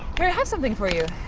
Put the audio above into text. hey, i have something for you.